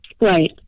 Right